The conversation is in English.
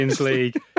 League